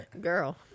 Girl